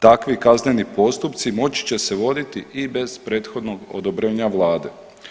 Dakle i kazneni postupci moći će se voditi i bez prethodnog odobrenja vlade.